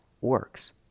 works